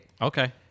Okay